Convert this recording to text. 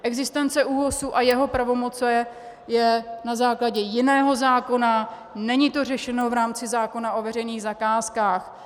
Existence ÚOHS a jeho pravomoci je na základě jiného zákona, není to řešeno v rámci zákona o veřejných zakázkách.